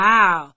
Wow